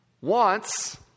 wants